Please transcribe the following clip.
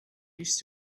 used